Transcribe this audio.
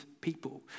people